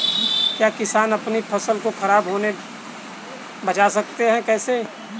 क्या किसान अपनी फसल को खराब होने बचा सकते हैं कैसे?